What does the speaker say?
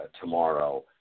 tomorrow